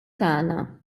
tagħna